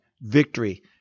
victory